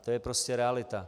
To je prostě realita.